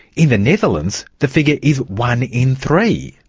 in the netherlands, the figure is one in three,